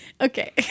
Okay